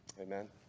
amen